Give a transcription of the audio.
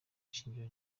ishingiro